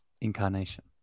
incarnation